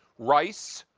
rice,